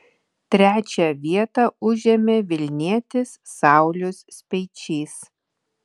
trečią vietą užėmė vilnietis saulius speičys